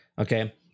okay